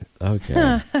Okay